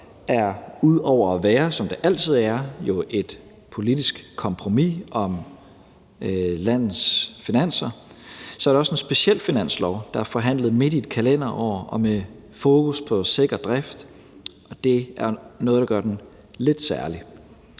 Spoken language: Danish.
er ud over at være, hvad den jo altid er, et politisk kompromis om landets finanser, også en speciel finanslov, der er forhandlet midt i et kalenderår og med fokus på sikker drift. Og det er noget, der gør den lidt særlig.